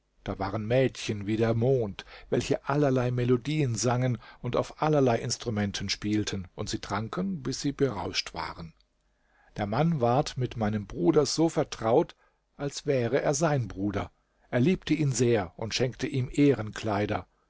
da waren mädchen wie der mond welche allerlei melodien sangen und auf allerlei instrumenten spielten und sie tranken bis sie berauscht waren der mann ward mit meinem bruder so vertraut als wäre er sein bruder er liebte ihn sehr und schenkte ihm ehrenkleider